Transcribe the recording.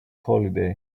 holiday